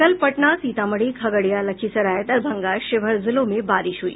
कल पटना सीतामढ़ी खगड़िया लखीसराय दरभंगा शिवहर जिलों में बारिश हुई